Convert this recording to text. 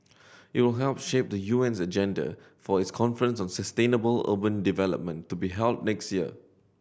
it will help shape the U N's agenda for its conference on sustainable urban development to be held next year